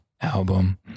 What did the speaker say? Album